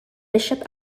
bishop